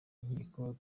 nkiko